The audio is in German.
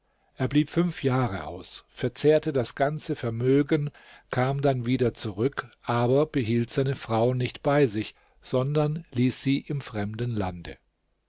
er blieb fünf jahre aus verzehrte das ganze vermögen kam dann wieder zurück aber behielt seine frau nicht bei sich sondern ließ sie im fremden lande